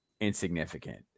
insignificant